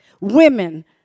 women